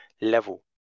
level